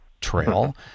trail